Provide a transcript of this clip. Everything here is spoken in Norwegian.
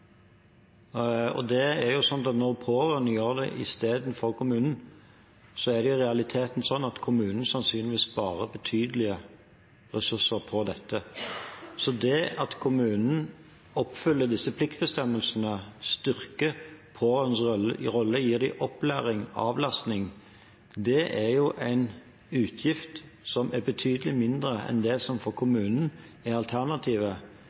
når pårørende gjør det i stedet for kommunen, er det i realiteten slik at kommunen sannsynligvis sparer betydelige ressurser på dette. Så det at kommunen oppfyller disse pliktbestemmelsene – styrker pårørendes rolle, gir dem opplæring, avlastning – er jo en utgift som er betydelig mindre enn det som for kommunen er alternativet,